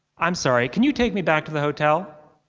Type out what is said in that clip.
i am sorry. can you take me back to the hotel?